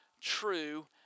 true